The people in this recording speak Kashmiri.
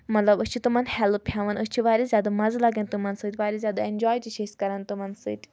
مطلب أسۍ چھِ تٕمَن ہیلٕپ ہیٚوان أسۍ چھِ واریاہ زیادٕ مَزٕ لگان تِمَن ستۭۍ واریاہ زیادٕ اینجاے تہِ چھِ أسۍ کَران تِمَن سۭتۍ